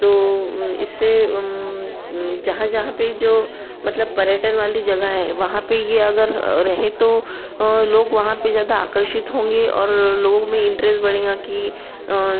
तो इससे जहाँ जहाँ पर जो मतलब पर्यटन वाली जगह है वहाँ पर यह अगर रहे तो लोग वहाँ पर ज़्यादा आकर्षित होंगे और लोगों में इंटरेस्ट बढ़ेगा कि